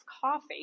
coffee